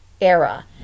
era